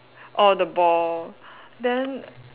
or the ball then